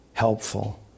Helpful